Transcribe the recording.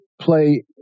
play